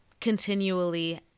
continually